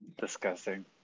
Disgusting